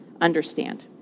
understand